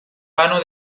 vano